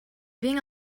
being